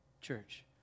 church